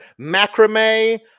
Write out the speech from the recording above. macrame